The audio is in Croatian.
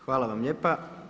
Hvala vam lijepa.